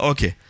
Okay